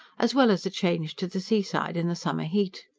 as well as a change to the seaside in the summer heat.